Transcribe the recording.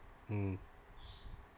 mm